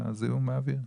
זיהום האוויר?